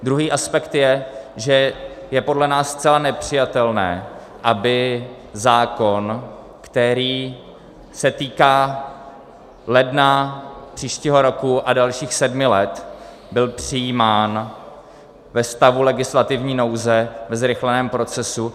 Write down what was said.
Druhý aspekt je, že je podle nás zcela nepřijatelné, aby zákon, který se týká ledna příštího roku a dalších sedmi let, byl přijímán ve stavu legislativní nouze, ve zrychleném procesu.